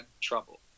trouble